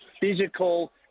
physical